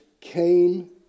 came